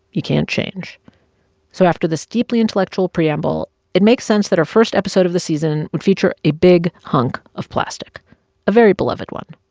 you can't change so after this deeply intellectual preamble, it makes sense that our first episode of the season would feature a big hunk of plastic a very beloved one.